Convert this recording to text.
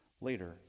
Later